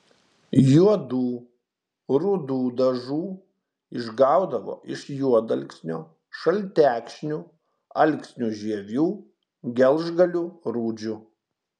juodų rudų dažų išgaudavo iš juodalksnio šaltekšnių alksnių žievių gelžgalių rūdžių